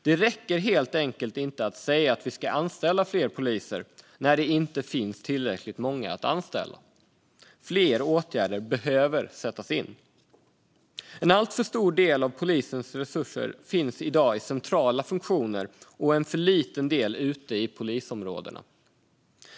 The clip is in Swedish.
Det räcker helt enkelt inte att säga att fler poliser ska anställas, när det inte finns tillräckligt många att anställa. Fler åtgärder behöver sättas in. En alltför stor del av polisens resurser finns i dag i centrala funktioner och en för liten del ute i polisområdena.